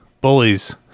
bullies